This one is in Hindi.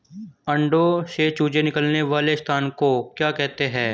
अंडों से चूजे निकलने वाले स्थान को क्या कहते हैं?